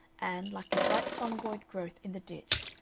and, like a bright fungoid growth in the ditch,